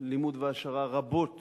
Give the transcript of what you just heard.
ללימוד והעשרה רבות